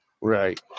Right